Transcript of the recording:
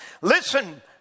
Listen